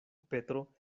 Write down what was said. petro